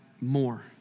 more